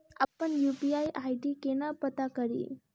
अप्पन UPI ID केना पत्ता कड़ी?